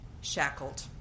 shackled